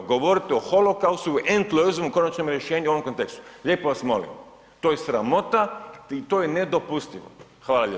Govoriti o holokaustu, Endlösung o konačnom rješenju u ovom kontekstu, lijepo vas molim, to je sramota i to je nedopustivo.